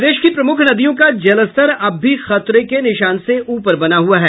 प्रदेश की प्रमुख नदियों का जलस्तर अब भी खतरे के निशान से ऊपर बना हुआ है